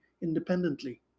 independently